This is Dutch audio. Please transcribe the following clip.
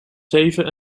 zeven